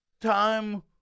time